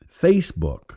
Facebook